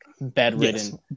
bedridden